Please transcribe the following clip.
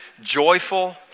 joyful